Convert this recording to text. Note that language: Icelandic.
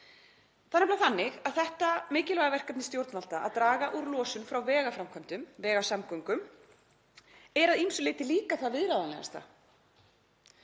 þannig að þetta mikilvæga verkefni stjórnvalda, að draga úr losun frá vegasamgöngum, er að ýmsu leyti líka það viðráðanlegasta.